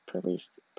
police